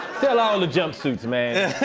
sell all the jumpsuits, man.